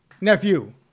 Nephew